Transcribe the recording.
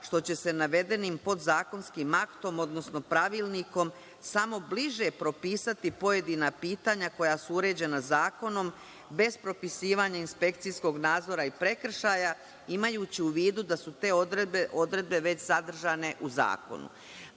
što će se navedenim podzakonskim aktom, odnosno pravilnikom samo bliže propisati pojedina pitanja koja su uređena zakonom, bez propisivanja inspekcijskog nadzora i prekršaja, imajući u vidu da su te odredbe odredbe već sadržane u zakonu.